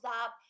up